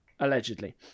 Allegedly